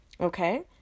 okay